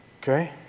Okay